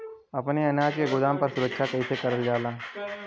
अपने अनाज के गोदाम क सुरक्षा कइसे करल जा?